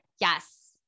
Yes